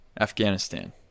Afghanistan